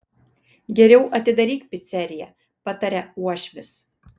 geriau atidaryk piceriją pataria uošvis